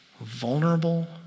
Vulnerable